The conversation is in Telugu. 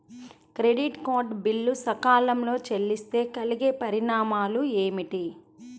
క్రెడిట్ కార్డ్ బిల్లు సకాలంలో చెల్లిస్తే కలిగే పరిణామాలేమిటి?